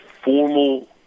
formal